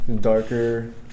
darker